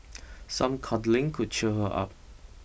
some cuddling could cheer her up